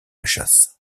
chasse